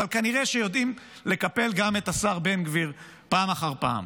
אבל כנראה שיודעים לקפל גם את השר בן גביר פעם אחר פעם.